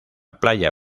playa